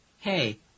Hey